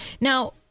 Now